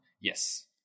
Yes